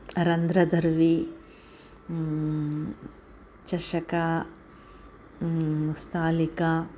रन्ध्रदर्वी चषकं स्थालिकां